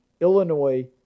Illinois